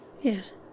Yes